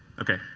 okay.